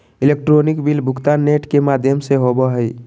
electronic bill भुगतान net के माघ्यम से होवो हइ